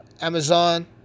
Amazon